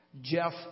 Jeff